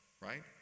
right